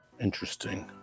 Interesting